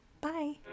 Bye